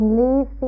leave